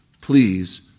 please